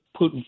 Putin